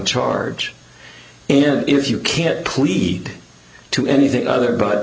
charge in if you can't plead to anything other but